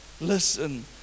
Listen